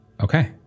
Okay